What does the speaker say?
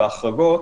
בהחרגות,